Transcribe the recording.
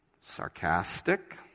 sarcastic